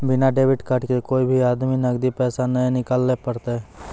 बिना debit card से कोय भी आदमी नगदी पैसा नाय निकालैल पारतै